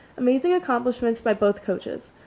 amazing accomplishments by both coaches.